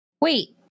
Wait